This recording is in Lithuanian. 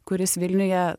kuris vilniuje